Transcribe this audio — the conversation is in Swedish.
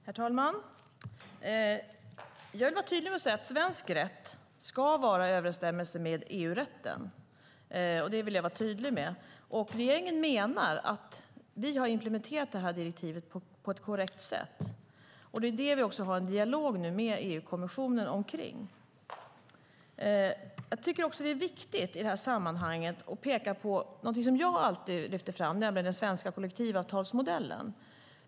Herr talman! Jag vill vara tydlig med att säga att svensk rätt ska vara i överensstämmelse med EU-rätten. Regeringen menar att vi implementerat direktivet på ett korrekt sätt, och det har vi nu en dialog med EU-kommissionen om. Det är viktigt att i det här sammanhanget peka på något som jag alltid lyfter fram, nämligen den svenska kollektivavtalsmodellen.